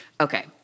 Okay